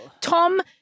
Tom